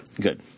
Good